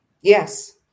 Yes